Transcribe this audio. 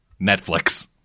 netflix